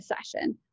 session